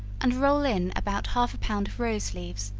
and roll in about half a pound of rose leaves,